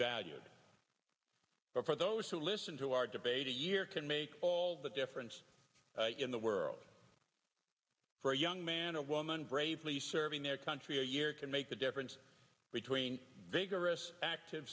valued for those who listen to our debate a year can make all the difference in the world for a young man or woman bravely serving their country a year can make the difference between vigorous active